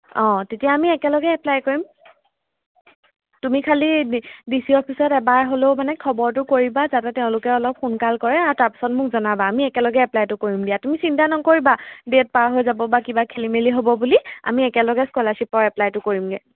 অঁ তেতিয়া আমি একেলগে এপ্লাই কৰিম তুমি খালি ডি ডি চি অফিচত এবাৰ হ'লেও মানে খবৰটো কৰিবা যাতে তেওঁলোকে অলপ সোনকাল কৰে আৰু তাৰপিছত মোক জনাবা আমি একেলগে এপ্লাইটো কৰিম দিয়া তুমি চিন্তা নকৰিবা ডেট পাৰ হৈ যাব বা কিবা খেলি মেলি হ'ব বুলি আমি একেলগে স্কলাৰশ্বিপৰ এপ্লাইটো কৰিমগৈ